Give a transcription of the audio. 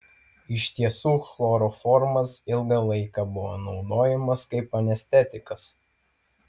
iš tiesų chloroformas ilgą laiką buvo naudojamas kaip anestetikas